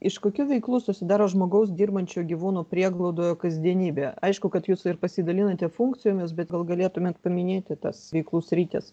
iš kokių veiklų susidaro žmogaus dirbančio gyvūnų prieglaudoje kasdienybė aišku kad jūs ir pasidalinate funkcijomis bet gal galėtumėt paminėti tas veiklų sritis